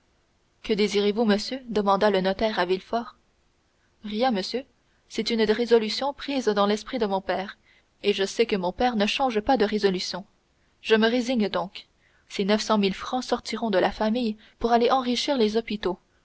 que décidez-vous monsieur demanda le notaire à villefort rien monsieur c'est une résolution prise dans l'esprit de mon père et je sais que mon père ne change pas de résolution je me résigne donc ces neuf cent mille francs sortiront de la famille pour aller enrichir les hôpitaux